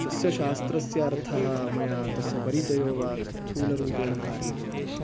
तस्य शास्त्रस्य अर्थः मया तस्य परिचयः वा स्थूलरूपेण कार्यते इदानीं